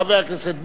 חבר הכנסת ביבי,